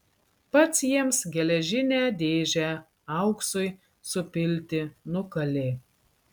pats jiems geležinę dėžę auksui supilti nukalė